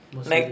mercedes